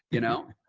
you know?